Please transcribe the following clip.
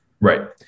Right